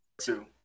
Two